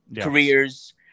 Careers